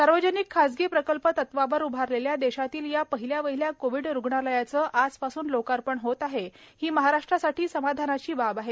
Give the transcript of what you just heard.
सार्वजनिक खासगी प्रकल्प तत्वावर उभारलेल्या देशातील या पहिल्या वहिल्या कोविड रुग्णालयाचं आजपासून लोकार्पण होतंय ही महाराष्ट्रासाठी समाधानाची बाब आहे